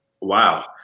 Wow